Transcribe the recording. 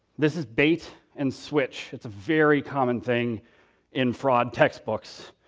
this is bait and switch. it's a very common thing in fraud textbooks.